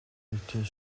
нийтийн